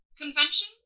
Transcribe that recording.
convention